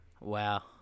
Wow